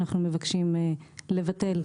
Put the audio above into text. לכן אנחנו מבקשים לבטל.